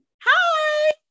Hi